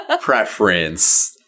preference